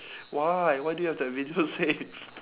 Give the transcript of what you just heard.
why why do you have that video saved